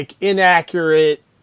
inaccurate